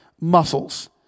muscles